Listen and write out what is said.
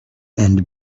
and